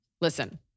listen